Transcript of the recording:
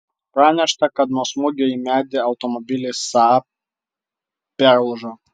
pranešta kad nuo smūgio į medį automobilis saab perlūžo